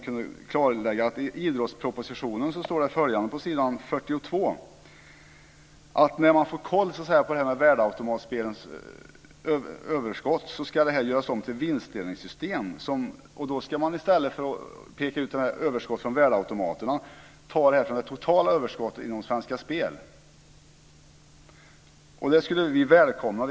I idrottspropositionen står det på s. 42 att när man får koll på det här med värdeautomatspelens överskott ska det göras om till ett vinstdelningssystem. Då ska man i stället för att peka ut det här som överskott från värdeautomaterna ta det från det totala överskottet inom Svenska Spel. Det skulle vi välkomna.